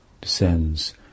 descends